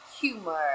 humor